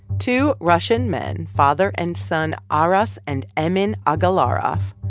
two russian men, father and son aras and emin agalarov,